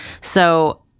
So-